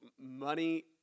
money